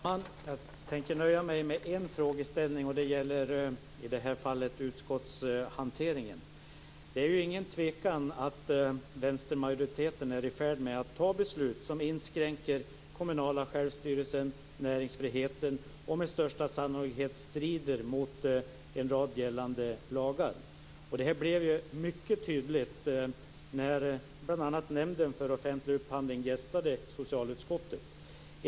Herr talman! Jag tänker nöja mig med en frågeställning. Det gäller utskottshanteringen. Det är ingen tvekan om att vänstermajoriteten är i färd med att fatta beslut som inskränker den kommunala självstyrelsen och näringsfriheten och med största sannolikhet strider mot en rad gällande lagar. Det blev mycket tydligt när bl.a. Nämnden för offentlig upphandling gästade socialutskottet.